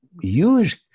use